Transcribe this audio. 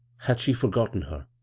had she forgotten her?